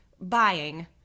buying